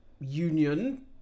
union